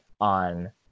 on